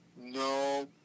no